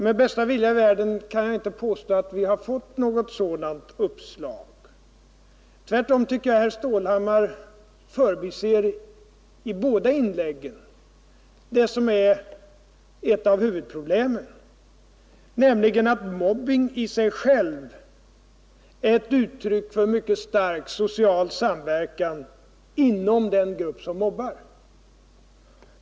Med bästa vilja i världen kan jag inte påstå att vi har fått något sådant uppslag. Tvärtom tycker jag att herr Stålhammar förbiser, i båda inläggen, det som är ett av huvudproblemen, nämligen att mobbning i sig själv är ett uttryck för mycket stark social samverkan inom den grupp som mobbar.